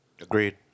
Agreed